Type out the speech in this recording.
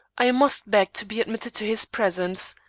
i must beg to be admitted to his presence.